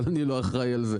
אבל אני לא אחראי על זה.